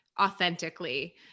authentically